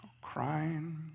crying